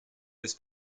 this